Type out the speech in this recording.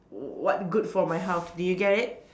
what good for my health do you get it